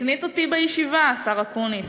הקניט אותי בישיבה, השר אקוניס.